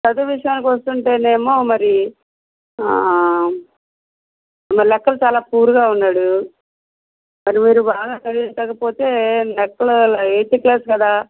చదువు విషయానికొస్తే ఏమో మరి లెక్కలు చాలా పూర్గా ఉన్నాడు మరి మీరు బాగా చదివించక పోతే లెక్కలు ఎయిత్ క్లాస్ కదా